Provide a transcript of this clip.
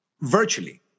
virtually